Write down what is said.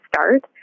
start